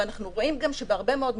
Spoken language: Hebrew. אבל אנחנו רואים גם שבהרבה מאוד מקרים,